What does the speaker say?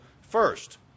first